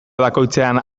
bakoitzean